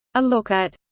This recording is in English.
a look at.